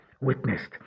witnessed